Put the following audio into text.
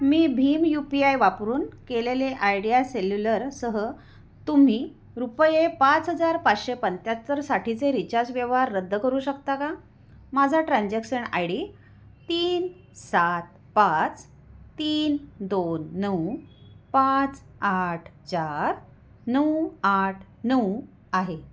मी भीम U P I वापरून केलेले आयडिया सेल्युलरसह तुम्ही रुपये पाच हजार पाच्शे पंच्याहत्तरसाठीचे रिचार्ज व्यवहार रद्द करू शकता का माझा ट्रान्झॅक्शन आय डी तीन सात पाच तीन दोन नऊ पाच आठ चार नऊ आठ नऊ आहे